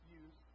use